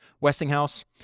Westinghouse